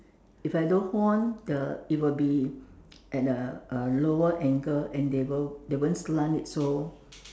if I don't hold on the it will be at a a lower angle and they will they won't slant it so